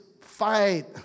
fight